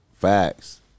Facts